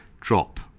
drop